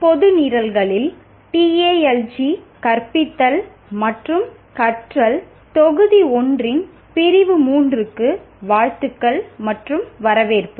பொது நிரல்களில் கற்பித்தல் மற்றும் கற்றல் தொகுதி 1 இன் பிரிவு 3 க்கு வாழ்த்துக்கள் மற்றும் வரவேற்பு